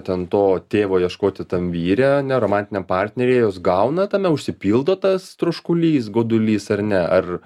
ten to tėvo ieškoti tam vyre ne romantiniam partneryje jos gauna tame užsipildo tas troškulys godulys ar ne ar